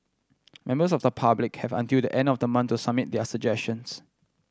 members of the public have until the end of the month to submit their suggestions